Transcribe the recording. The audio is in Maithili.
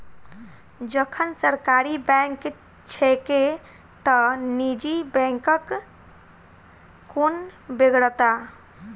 जखन सरकारी बैंक छैके त निजी बैंकक कोन बेगरता?